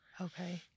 Okay